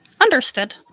Understood